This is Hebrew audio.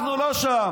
אנחנו לא שם,